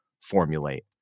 formulate